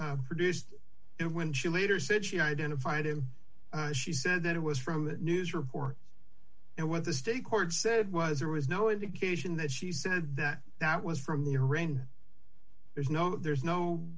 later produced it when she later said she identified him she said that it was from the news report and what the state court said was there was no indication that she said that that was from the arraignment there's no there's no